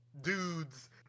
dudes